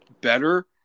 better